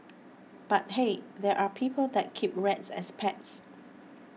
but hey there are people that keep rats as pets